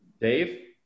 Dave